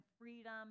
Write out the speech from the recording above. freedom